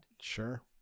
Sure